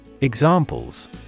Examples